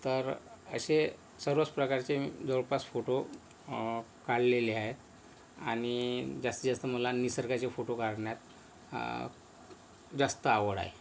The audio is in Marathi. तर असे सर्वच प्रकारचे मी जवळपास फोटो काढलेले आहे आणि जास्तीत जास्त मला निसर्गाचे फोटो काढण्यात जास्त आवड आहे